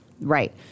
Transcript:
Right